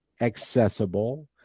accessible